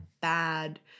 bad